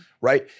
right